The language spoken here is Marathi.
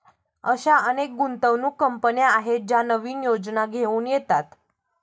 अशा अनेक गुंतवणूक कंपन्या आहेत ज्या नवीन योजना घेऊन येतात